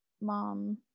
mom